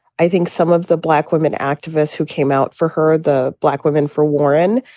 i think some of the black women activists who came out for her, the black women for warren,